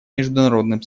международным